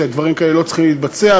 שדברים כאלה לא צריכים להתבצע,